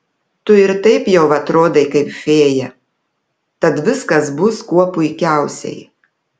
tu ir taip jau atrodai kaip fėja tad viskas bus kuo puikiausiai